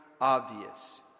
obvious